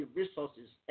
resources